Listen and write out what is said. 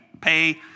pay